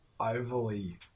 Overly